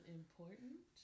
important